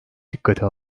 dikkate